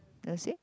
the say